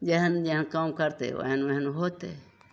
जेहन जेहन काम करतै ओहेन ओहेन होतै